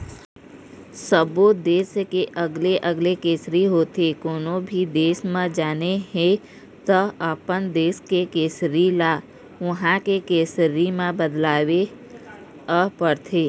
सब्बो देस के अलगे अलगे करेंसी होथे, कोनो भी देस म जाना हे त अपन देस के करेंसी ल उहां के करेंसी म बदलवाए ल परथे